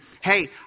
Hey